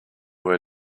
were